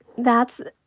that's